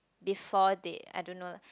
before they I don't know lah